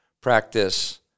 practice